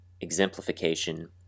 exemplification